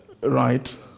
Right